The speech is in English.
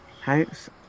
house